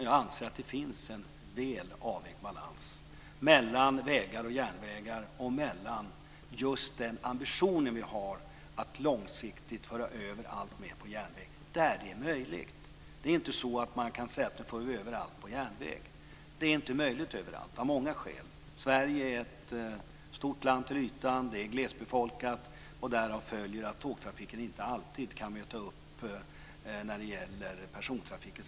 Jag anser att det finns en väl avvägd balans mellan vägar och järnvägar och även i vår ambition att långsiktigt föra över alltmer på järnväg där det är möjligt. Man kan inte säga: Nu för vi över allt på järnväg. Det är inte möjligt överallt, av många skäl. Sverige är ett stort land till ytan, det är glesbefolkat, och därav följer att tågtrafiken inte alltid kan möta upp när det gäller persontrafik etc.